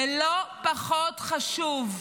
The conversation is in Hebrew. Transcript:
ולא פחות חשוב,